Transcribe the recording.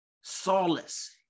solace